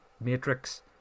matrix